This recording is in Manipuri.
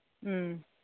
ꯎꯝ